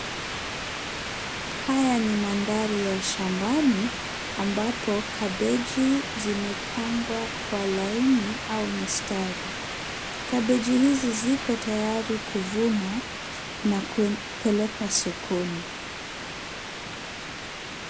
Haya ni mandhari ya shambani ambapo kabeji zimepangwa kwa laini au mistari. Kabeji hizi ziko tayari kuvunwa na kupelekwa sokoni.